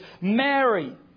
Mary